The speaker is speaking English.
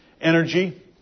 energy